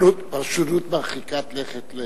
פרשנות מרחיקת לכת.